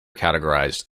categorized